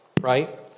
right